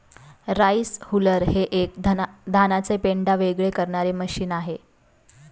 rice huller हे एक धानाचे पेंढा वेगळे करणारे मशीन आहे